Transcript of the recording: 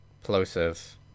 plosive